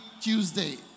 Tuesday